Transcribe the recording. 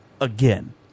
again